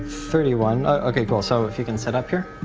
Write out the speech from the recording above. thirty one, okay, cool. so if you can set up here.